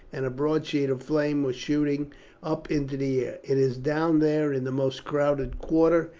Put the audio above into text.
and a broad sheet of flame was shooting up into the air. it is down there in the most crowded quarter,